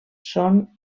són